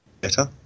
better